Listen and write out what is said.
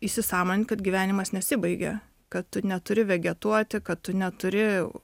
įsisąmonint kad gyvenimas nesibaigia kad tu neturi vegetuoti kad tu neturi